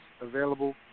available